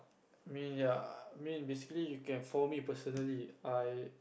I mean ya I mean basically you can for me personally I